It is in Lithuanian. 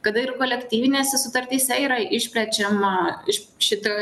kada ir kolektyvinėse sutartyse yra išplečiama iš šito